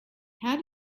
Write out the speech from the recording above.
how